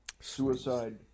Suicide